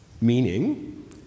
meaning